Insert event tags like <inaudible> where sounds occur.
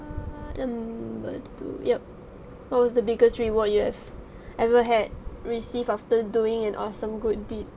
um but to ya what was the biggest reward you have <breath> ever had receive after doing an awesome good deed